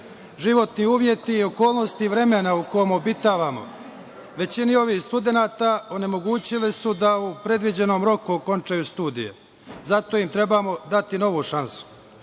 Životni uveti i okolnosti vremena u kom obitavamo većini ovih studenata onemogućili su da u predviđenom roku okončaju studije. Zato im treba dati novu šansu.